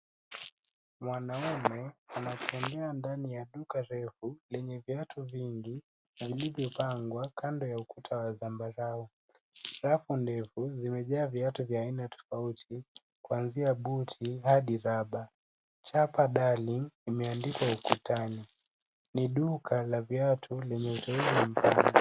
Mwanaume anatembea ndani ya duka refu lenye viatu vingi vilivyopangwa kando ya ukuta wa zambarau. Rafu ndefu zimejaa viatu vya aina tofauti kuanzia buti hadi raba. Chapa Darling limeandikwa ukutani. Ni duka la viatu lenye urefu mpana.